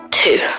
two